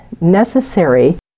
necessary